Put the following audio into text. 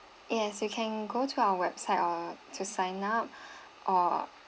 yes you can go to our website uh to sign up or